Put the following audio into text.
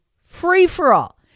free-for-all